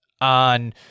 on